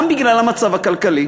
גם בגלל המצב הכלכלי,